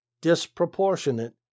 disproportionate